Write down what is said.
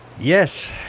Yes